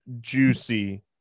Juicy